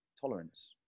tolerance